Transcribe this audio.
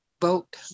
vote